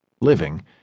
living